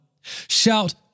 Shout